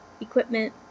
equipment